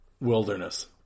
wilderness